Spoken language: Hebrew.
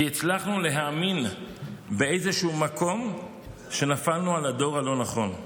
כי הצלחנו להאמין באיזשהו מקום שנפלנו על הדור הלא-נכון,